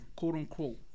quote-unquote